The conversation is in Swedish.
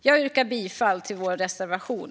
Jag yrkar bifall till vår reservation.